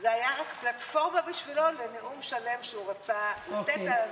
זו הייתה רק פלטפורמה בשבילו לנאום שלם שהוא רצה לתת על הנושא.